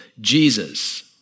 Jesus